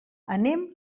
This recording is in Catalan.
anem